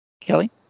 Kelly